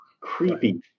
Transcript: creepy